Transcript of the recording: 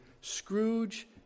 Scrooge